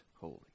holy